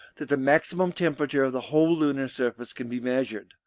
that the maximum temperature of the whole lunar surface can be measured.